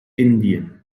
indien